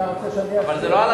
אתה רוצה שאני אסביר?